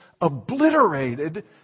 obliterated